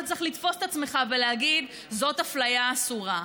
אתה צריך לתפוס את עצמך ולהגיד: זאת אפליה אסורה.